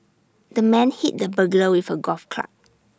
the man hit the burglar with A golf club